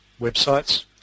websites